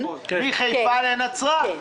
מחיפה לנצרת.